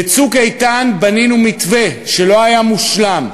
ב"צוק איתן" בנינו מתווה, שלא היה מושלם,